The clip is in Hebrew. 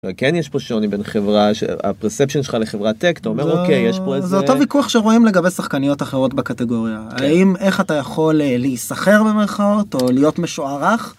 כן יש פה שוני בין חברה של הפרספקציה שלך לחברת טק אומר אוקיי יש פה איזה ויכוח שרואים לגבי שחקניות אחרות בקטגוריה האם איך אתה יכול להיסחר במערכות או להיות משוערך.